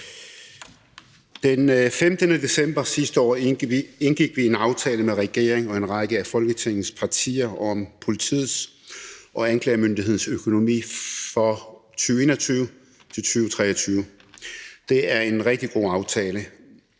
Den 15. december sidste år indgik vi en aftale med regeringen og en række af Folketingets partier om politiets og anklagemyndighedens økonomi for 2021-2023. Det er en rigtig god aftale.